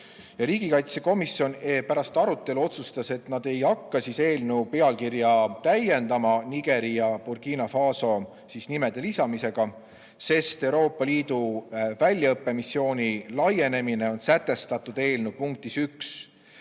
Riigikaitsekomisjon pärast arutelu otsustas, et nad ei hakka eelnõu pealkirja täiendama Nigeri ja Burkina Faso lisamisega, sest Euroopa Liidu väljaõppemissiooni laienemine on sätestatud eelnõu punktis 1.